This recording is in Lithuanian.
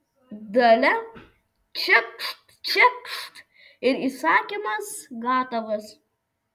dalia čekšt čekšt ir įsakymas gatavas